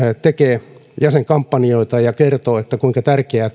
tekee jäsenkampanjoita ja kertoo kuinka tärkeää